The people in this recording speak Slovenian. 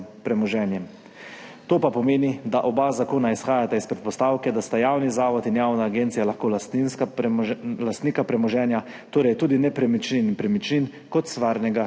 To pa pomeni, da oba zakona izhajata iz predpostavke, da sta javni zavod in javna agencija lahko lastnika premoženja, torej tudi nepremičnin in premičnin kot stvarnega